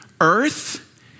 earth